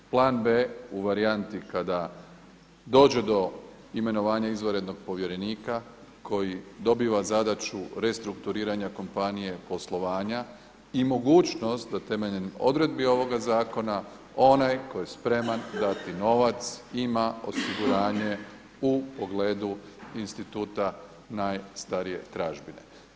Plan B u varijanti kada dođe do imenovanje izvanrednog povjerenika koji dobiva zadaću restrukturiranja kompanije poslovanja i mogućnost da temeljem odredbi ovoga zakona onaj tko je spreman dati novac ima osiguranje u pogledu instituta najstarije tražbine.